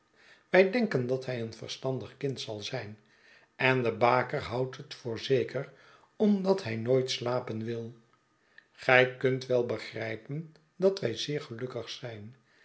wij denken dat hij een verstandig kind zal zijn en de baker houdt het voor zeker omdat hij nooit slapen wil gij kunt wel begrijpen dat wij zeer gelukkig zijn